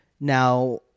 Now